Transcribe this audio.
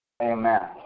Amen